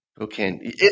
Okay